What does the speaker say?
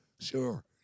Sure